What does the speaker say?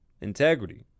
Integrity